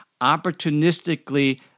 opportunistically